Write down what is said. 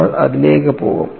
നമ്മൾ അതിലേക്ക് പോകും